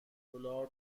دلار